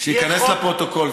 שייכנס לפרוטוקול,